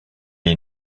est